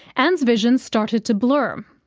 ann's vision started to blur. um